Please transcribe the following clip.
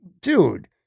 dude